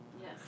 Yes